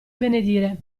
benedire